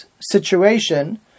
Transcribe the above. situation